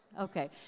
Okay